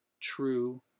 true